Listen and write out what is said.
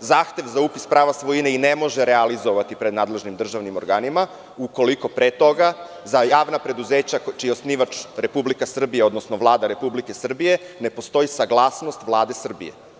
zahtev za upis prava svojine ne može realizovati pred nadležnim državnim organima ukoliko pre toga za javna preduzeća, čiji je osnivač Republika Srbija, odnosno Vlada Republike Srbije, ne postoji saglasnost Vlade Srbije.